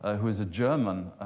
ah who is a german.